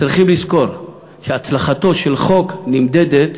צריכים לזכור שהצלחתו של חוק נמדדת